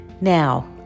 Now